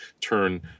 turn